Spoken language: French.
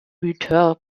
buteur